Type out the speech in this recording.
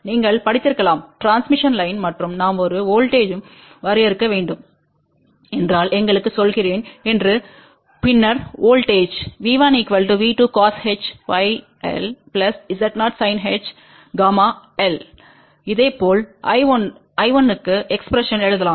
நீங்கள் படித்திருக்கலாம் transmission line மற்றும் நாம் ஒரு வோல்ட்டேஜ்ம் V வரையறுக்க வேண்டும் என்றால் எங்களுக்கு சொல்கிறேன் என்று1பின்னர் வோல்ட்டேஜ் V1V2cosh Z0sinhγl இதேபோல் I1 க்குஎக்ஸ்பிரஸன் எழுதலாம்